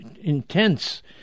intense